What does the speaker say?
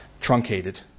truncated